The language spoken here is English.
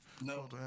No